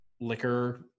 liquor